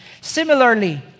Similarly